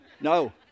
No